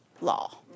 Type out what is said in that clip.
law